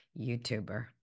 youtuber